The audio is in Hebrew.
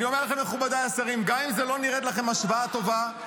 גם אם זו לא נראית לכם השוואה טובה,